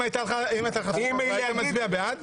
הייתה לך זכות הצבעה היית מצביע בעד?